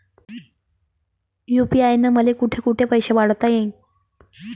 UPI न मले कोठ कोठ पैसे पाठवता येईन?